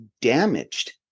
damaged